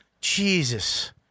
Jesus